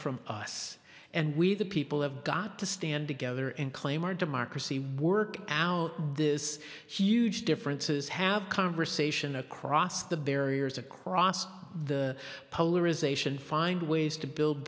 from us and we the people have got to stand together and claim our democracy work out this huge differences have conversation across the barriers across the polarization find ways to build